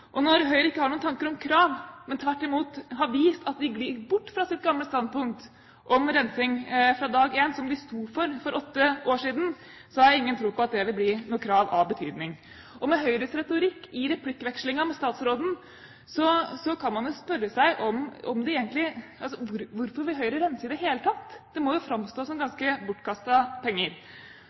Og når Høyre ikke har noen tanker om krav, men tvert imot har vist at de glir bort fra sitt gamle standpunkt om rensing fra dag én, som de sto for for åtte år siden, så har jeg ingen tro på at det vil bli noe krav av betydning. Med Høyres retorikk i replikkvekslingen med statsråden kan man spørre seg om hvorfor Høyre vil rense i det hele tatt. Det må jo framstå som ganske bortkastede penger.